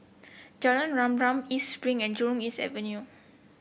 Jalan Rama Rama East Spring and Jurong East Avenue